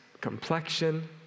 complexion